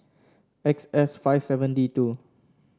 X S five seven D two